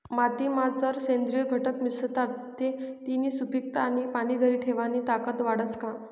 मातीमा जर सेंद्रिय घटक मिसळतात ते तिनी सुपीकता आणि पाणी धरी ठेवानी ताकद वाढस का?